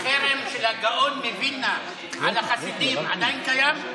החרם של הגאון מווילנה על החסידים עדיין קיים?